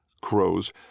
Crows